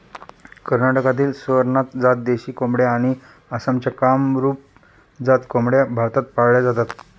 कर्नाटकातील स्वरनाथ जात देशी कोंबड्या आणि आसामच्या कामरूप जात कोंबड्या भारतात पाळल्या जातात